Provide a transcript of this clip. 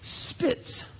spits